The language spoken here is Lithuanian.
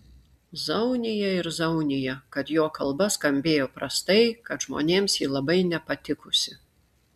zaunija ir zaunija kad jo kalba skambėjo prastai kad žmonėms ji labai nepatikusi